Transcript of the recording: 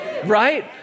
Right